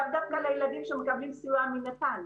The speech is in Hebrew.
לאו דווקא לילדים שמקבלים סיוע מנט"ל.